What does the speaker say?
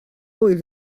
oedd